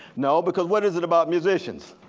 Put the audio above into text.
no, because what is it about musicians.